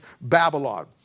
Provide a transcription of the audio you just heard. Babylon